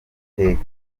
iteka